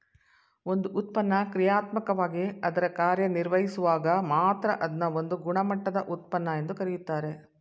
ಒಂದು ಉತ್ಪನ್ನ ಕ್ರಿಯಾತ್ಮಕವಾಗಿ ಅದ್ರ ಕಾರ್ಯನಿರ್ವಹಿಸುವಾಗ ಮಾತ್ರ ಅದ್ನ ಒಂದು ಗುಣಮಟ್ಟದ ಉತ್ಪನ್ನ ಎಂದು ಕರೆಯುತ್ತಾರೆ